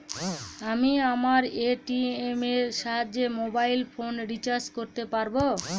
আমি আমার এ.টি.এম এর সাহায্যে মোবাইল ফোন রিচার্জ করতে পারব?